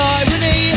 irony